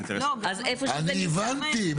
אני הבנתי.